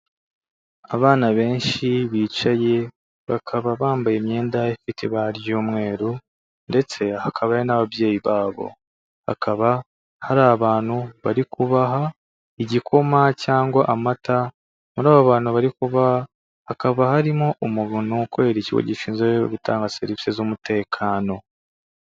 Abana benshi bicaye, bakaba bambaye imyenda ifite ibara ry'umweru ndetse hakaba hariho n'ababyeyi babo. Hakaba hari abantu bari kubaha igikoma cyangwa amata, muri abo bantu bari kubaha, hakaba harimo umuntu ukorera ikigo gishinzwe gutanga serivisi z'umutekano.